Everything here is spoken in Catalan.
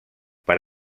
per